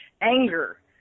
anger